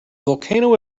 volcano